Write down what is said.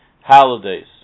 holidays